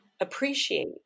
appreciate